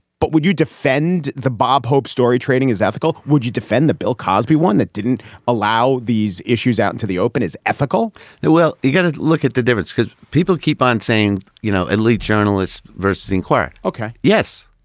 but would you defend the bob hope story trading is ethical. would you defend the bill cosby one that didn't allow these issues out into the open is ethical well you've got to look at the difference because people keep on saying you know elite journalists versus enquirer ok. yes.